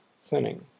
thinning